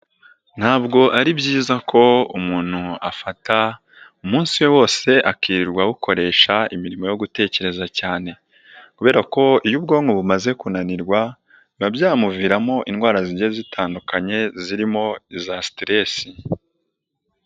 Ntabwo ari byiza ko umuntu afata umunsi wose akirirwa abukoresha imirimo yo gutekereza cyane, kubera ko iyo ubwonko bumaze kunanirwa biba byamuviramo indwara zigiye zitandukanye zirimo iza siteresi.